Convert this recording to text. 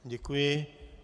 Děkuji.